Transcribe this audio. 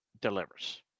delivers